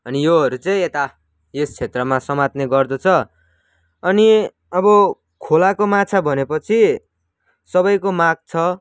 अनि योहरू चाहिँ यता यस क्षेत्रमा समात्ने गर्दछ अनि अब खोलाको माछा भनेपछि सबैको माग छ